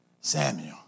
Samuel